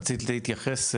רצית להתייחס,